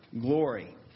glory